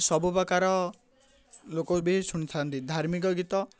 ସବୁ ପ୍ରକାର ଲୋକ ବି ଶୁଣିଥାନ୍ତି ଧାର୍ମିକ ଗୀତ